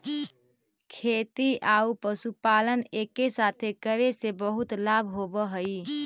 खेती आउ पशुपालन एके साथे करे से बहुत लाभ होब हई